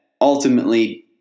ultimately –